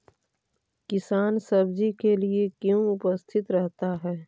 किसान सब्जी के लिए क्यों उपस्थित रहता है?